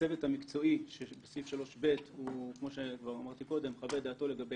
הצוות המקצועי שבסעיף 3ב כמו שכבר אמרתי קודם מחווה דעתו לגבי